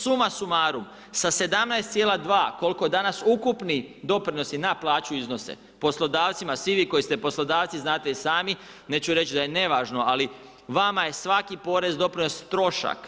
Suma sumarum sa 17,2 koliko danas ukupni doprinosi na plaću iznose, poslodavcima, svi vi koji ste poslodavci, znate i sami, neću reći da je nevažno ali vama je svaki porez, doprinos trošak.